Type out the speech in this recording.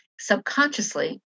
subconsciously